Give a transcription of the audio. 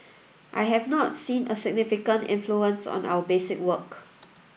I have not seen a significant influence on our basic work